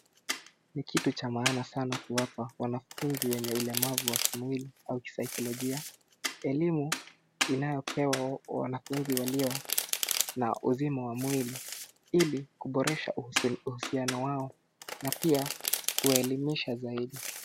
Ni kitu cha maana sana kuwapa wanafunzi wenye ulemavu wa kimwili au saikolojia elimu inayopewa wanafunzi walio na uzima wa mwili ili kuboresha uhusiano wao na pia kuwaelimisha zaidi.